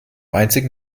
einzigen